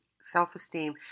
self-esteem